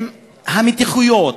עם המתיחויות,